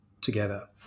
together